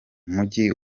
mujyi